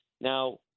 Now